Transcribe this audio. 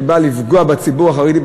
שבא לפגוע בציבור החרדי,